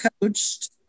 coached